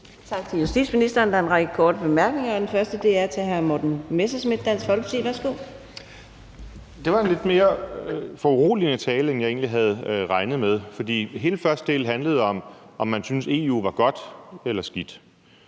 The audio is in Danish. Tak til justitsministeren. Der er en række korte bemærkninger, og den første er fra hr. Morten Messerschmidt, Dansk Folkeparti. Værsgo. Kl. 14:40 Morten Messerschmidt (DF): Det var en lidt mere foruroligende tale, end jeg egentlig havde regnet med, for hele den første del handlede om, om man syntes, at EU var godt eller skidt.